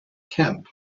camp